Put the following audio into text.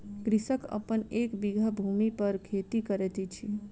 कृषक अपन एक बीघा भूमि पर खेती करैत अछि